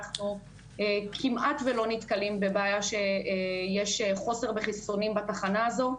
אנחנו כמעט ולא נתקלים בבעיה שיש חוסר בחיסונים בתחנה הזו.